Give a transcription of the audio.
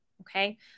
Okay